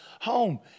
home